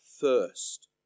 first